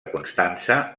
constança